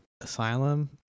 asylum